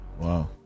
Wow